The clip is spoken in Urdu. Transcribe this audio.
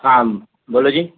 ہاں بولو جی